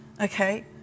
okay